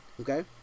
Okay